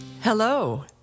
Hello